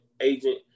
agent